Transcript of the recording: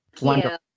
wonderful